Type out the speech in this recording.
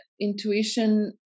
intuition